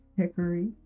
Hickory